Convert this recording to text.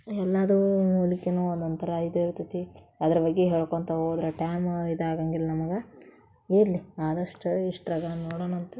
ಎಲ್ಲವೂ ಮೂಲಿಕೆಯೂ ಒಂದೊಂಥರ ಇದಿರ್ತತಿ ಅದರ ಬಗ್ಗೆ ಹೇಳ್ಕೊತ ಹೋದ್ರೆ ಟೈಮ್ ಇದಾಗಂಗಿಲ್ಲ ನಮಗೆ ಇರಲಿ ಆದಷ್ಟು ಇಷ್ಟ್ರಗನೇ ನೋಡೋಣಂತ